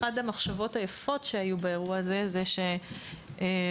אחת המחשבות היפות באירוע הזה היא שהתינוקת